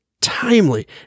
timely